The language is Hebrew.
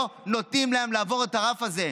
לא נותנים להם לעבור את הרף הזה.